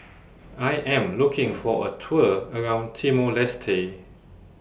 I Am looking For A Tour around Timor Leste